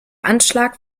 anschlag